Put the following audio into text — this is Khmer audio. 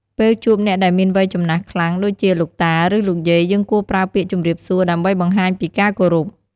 ពេលជួបអ្នកដែលមានវ័យចំណាស់ខ្លាំង ដូចជា លោកតា ឬ លោកយាយ យើងគួរប្រើពាក្យជម្រាបសួរដើម្បីបង្ហាញពីការគោរព។